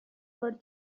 were